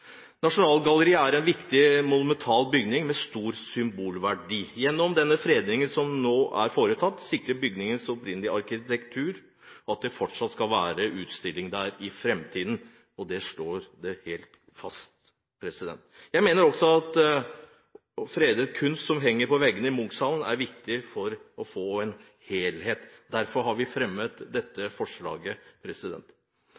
Nasjonalgalleriet er en viktig, monumental bygning med stor symbolverdi. Gjennom den fredningen som nå er foretatt, sikres bygningens opprinnelige arkitektur og at det fortsatt skal være utstilling der i framtiden – det slås helt fast. Jeg mener også at å frede kunsten som henger på veggene i Munch-salen, er viktig for å få en helhet. Derfor har vi fremmet